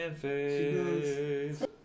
face